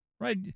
Right